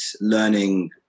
learning